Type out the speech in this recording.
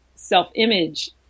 self-image